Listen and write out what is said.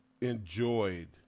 enjoyed